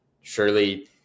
Surely